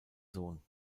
sohn